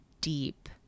deep